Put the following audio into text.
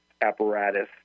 apparatus